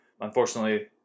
Unfortunately